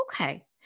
okay